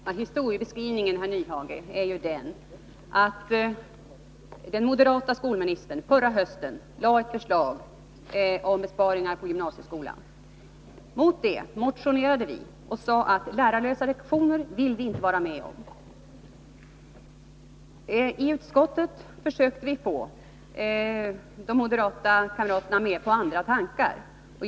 Herr talman! Min historiebeskrivning är följande, Hans Nyhage. Förra hösten lade den moderata skolministern fram ett förslag om besparingar på gymnasieskolan. Mot det förslaget motionerade vi, och vi sade att vi inte ville vara med om lärarlösa lektioner. I utskottet försökte vi få de borgerliga utskottskamraterna på andra tankar än propositionens.